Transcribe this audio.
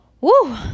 Woo